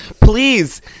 Please